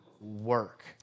work